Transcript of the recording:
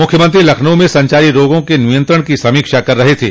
मुख्यमंत्री लखनऊ में संचारी रोगों के नियंत्रण की समीक्षा कर रहे थे